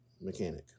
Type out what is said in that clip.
mechanic